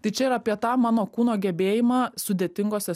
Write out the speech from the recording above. tai čia yra apie tą mano kūno gebėjimą sudėtingose